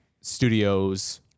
studios